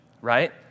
right